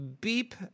Beep